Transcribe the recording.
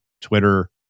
Twitter